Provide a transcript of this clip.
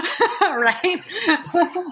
Right